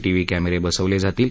शीव्ही कॅमेरे बसवले जातील